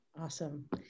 Awesome